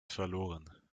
verloren